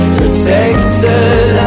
protected